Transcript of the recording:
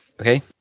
Okay